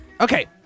Okay